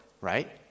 right